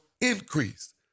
increase